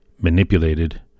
manipulated